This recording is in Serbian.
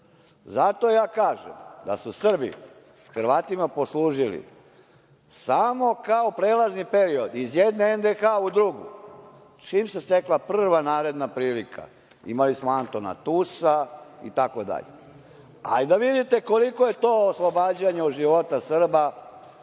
Zato ja kažem da su Srbi Hrvatima poslužili samo kao prelazni period iz jedne NDH u drugu. Čim se stekla prva naredna prilika imali smo Antona Tusa itd. Hajde da vidite koliko je to oslobađanje od života Srba